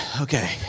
okay